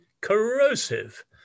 corrosive